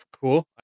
Cool